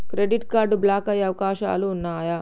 Credit card block అయ్యే అవకాశాలు ఉన్నయా?